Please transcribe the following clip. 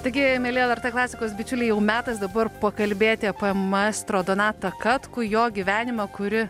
taigi mieli lrt klasikos bičiuliai jau metas dabar pakalbėti maestro donatą katkų jo gyvenimą kuri